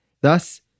Thus